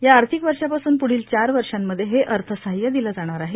या आर्थिक वर्षापासून प्ढील चार वर्षांमध्ये हे अर्थसाह्य दिलं जाणार आहे